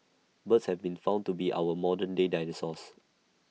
birds have been found to be our modern day dinosaurs